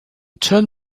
turn